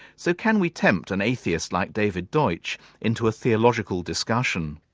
so can we tempt an atheist like david deutsch into a theological discussion?